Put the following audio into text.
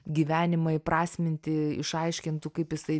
gyvenimą įprasminti išaiškintų kaip jisai